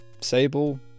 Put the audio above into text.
Sable